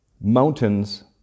mountains